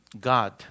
God